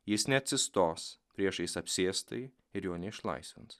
jis neatsistos priešais apsėstąjį ir jo neišlaisvins